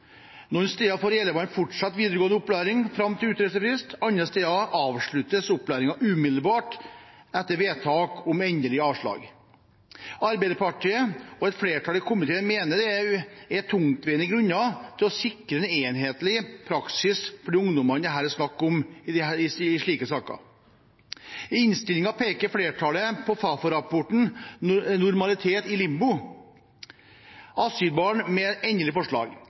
Noen steder får elevene fortsette videregående opplæring fram til utreisefrist, andre steder avsluttes opplæringen umiddelbart etter vedtak om endelig avslag. Arbeiderpartiet og et flertall i komiteen mener det er tungtveiende grunner til å sikre en enhetlig praksis for de ungdommene det er snakk om i slike saker. I innstillingen peker flertallet på Fafo-rapporten «Normalitet i limbo. Asylbarn på mottak med endelig